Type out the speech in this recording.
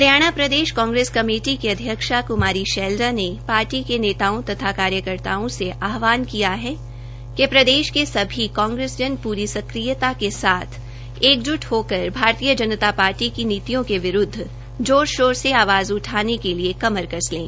हरियाणा प्रदेश कांग्रेस कमेटी की अध्यक्षा कुमारी सैलजा ने पार्टी के नेताओं तथा कार्यकर्ताओं से आहवान किया है कि प्रदेश के सभी कांग्रेसजन पूरी सक्रियता के साथ एकजुट होकर भाजपा की नीतीयों के विरूद्व जोर शोर से आवाज उठाने के लिए कमर कस लें